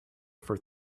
for